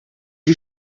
die